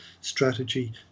strategy